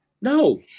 no